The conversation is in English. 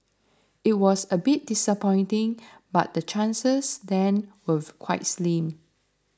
it was a bit disappointing but the chances then were quite slim